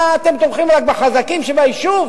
מה, אתם תומכים רק בחזקים ביישוב?